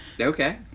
okay